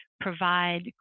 provide